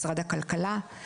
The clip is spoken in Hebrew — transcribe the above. משרד הכלכלה,